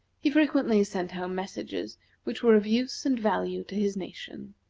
he frequently sent home messages which were of use and value to his nation.